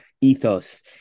ethos